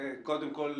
וקודם כול,